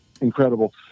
incredible